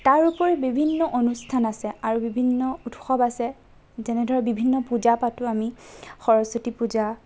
তাৰ উপৰি বিভিন্ন অনুষ্ঠান আছে আৰু বিভিন্ন উৎসৱ আছে যেনে ধৰক বিভিন্ন পূজা পাতোঁ আমি সৰস্বতী পূজা